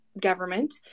government